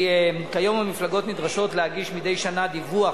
כיום המפלגות נדרשות להגיש מדי שנה דיווח